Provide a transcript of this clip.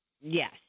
Yes